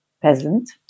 peasant